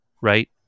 right